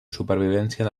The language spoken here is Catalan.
supervivència